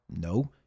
No